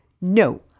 No